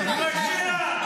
תתביישי לך.